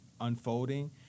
unfolding